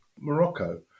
Morocco